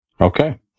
Okay